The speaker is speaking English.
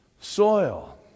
soil